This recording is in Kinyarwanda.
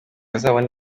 azabone